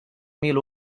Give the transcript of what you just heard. mil